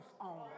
on